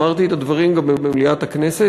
אמרתי את הדברים גם במליאת הכנסת,